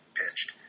pitched